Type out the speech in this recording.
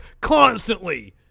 constantly